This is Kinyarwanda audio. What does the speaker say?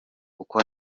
uko